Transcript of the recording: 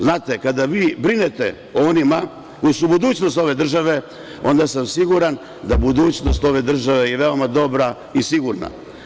Znate, kada brinete o onima koji su budućnost ove države, onda sam siguran da budućnost ove države je veoma dobra i sigurna.